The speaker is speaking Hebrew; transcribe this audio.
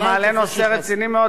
הוא גם מעלה נושא רציני מאוד,